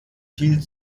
viel